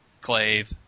Clave